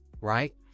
Right